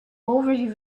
already